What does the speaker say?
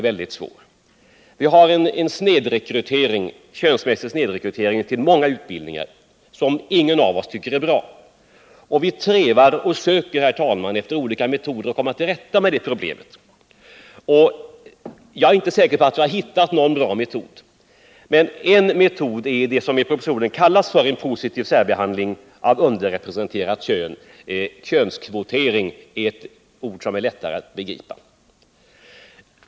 Vi har en könsmässig snedrekrytering till många utbildningar, och ingen av oss tycker att det är bra. Vi trevar efter olika metoder för att komma till rätta med det problemet. Jag är inte säker på att vi har hittat någon bra metod, men ett sätt är det som i propositionen kallas en positiv särbehandling av underrepresenterat kön — könskvotering alltså.